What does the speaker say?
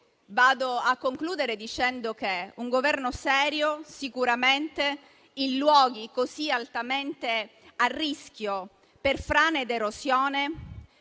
avvio a concludere dicendo che un Governo serio sicuramente, in luoghi così altamente a rischio per frane ed erosione,